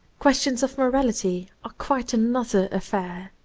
questions of morality are quite another affair,